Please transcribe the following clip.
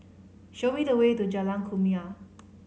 show me the way to Jalan Kumia